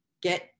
get